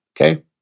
Okay